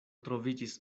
troviĝis